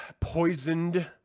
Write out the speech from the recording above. poisoned